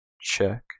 check